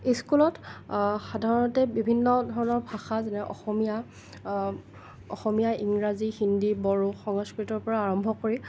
স্কুলত সাধাৰণতে বিভিন্ন ধৰণৰ ভাষা যেনে অসমীয়া অসমীয়া ইংৰাজী হিন্দী বড়ো সংস্কৃতৰ পৰা আৰম্ভ কৰি